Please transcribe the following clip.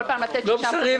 כל פעם לתת שישה חודשים.